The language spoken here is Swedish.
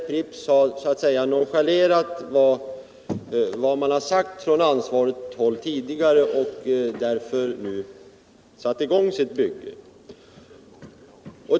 Pripps har som sagt nonchalerat vad man tidigare sagt från ansvarigt håll och nu satt i gång sitt bygge.